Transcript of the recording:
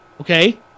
Okay